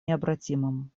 необратимым